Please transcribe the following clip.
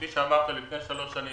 כפי שאמרת, לפני שלוש שנים